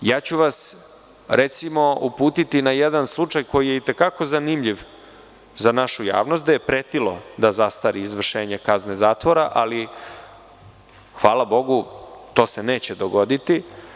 Uputiću vas, recimo, na jedan slučaj koji je i te kako zanimljiv za našu javnost, gde je pretilo da zastari izvršenje kazne zatvora, ali hvala bogu to se neće dogoditi.